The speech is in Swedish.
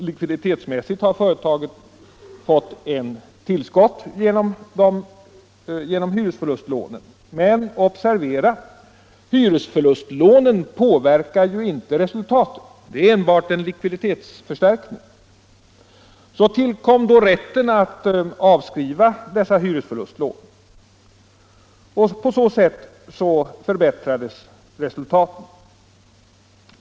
Likviditetsmässigt har företagen fått ett tillskott genom hyresförlustlånen, men observera att hyresförlustlånen ju inte påverkar resultatet, utan de är enbart en likviditetsförstärkning. Så tillkom rätten att avskriva dessa hyresförlustlån, och därigenom förbättrades resultaten.